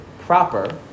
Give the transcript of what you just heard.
proper